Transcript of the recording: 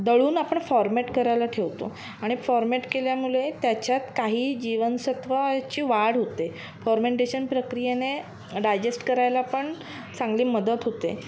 दळून आपण फॉर्मेट करायला ठेवतो आणि फॉर्मेट केल्यामुळे त्याच्यात काही जीवनसत्त्वाची वाढ होते फॉर्मेंटेशन प्रक्रियेने डायजेस्ट करायला पण चांगली मदत होते